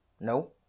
No